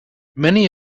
many